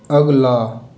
अगला